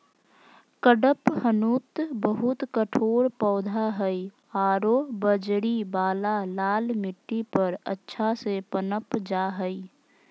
कडपहनुत बहुत कठोर पौधा हइ आरो बजरी वाला लाल मिट्टी पर अच्छा से पनप जा हइ